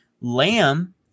lamb